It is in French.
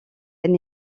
elle